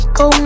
go